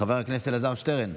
חבר הכנסת אלעזר שטרן.